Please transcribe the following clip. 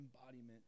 embodiment